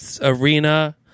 arena